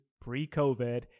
pre-covid